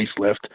facelift